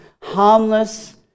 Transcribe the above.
harmless